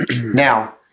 Now